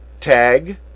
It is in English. tag